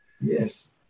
Yes